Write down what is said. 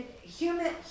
human